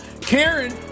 Karen